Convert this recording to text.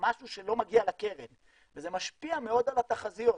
שלא מגיע לקרן וזה משפיע מאוד על התחזיות.